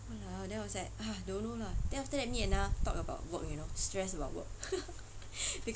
!walao! then I was like ugh don't know lah then after that me and na talk about work you know stressed about work